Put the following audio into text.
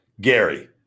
Gary